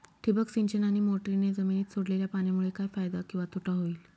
ठिबक सिंचन आणि मोटरीने जमिनीत सोडलेल्या पाण्यामुळे काय फायदा किंवा तोटा होईल?